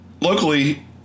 Locally